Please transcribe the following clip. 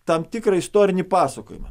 tam tikrą istorinį pasakojimą